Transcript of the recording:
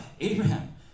Abraham